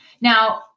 now